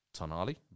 Tonali